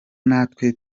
natwe